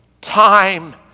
time